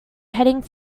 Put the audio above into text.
heading